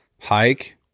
hike